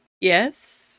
Yes